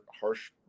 harsh